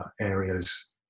areas